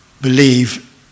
believe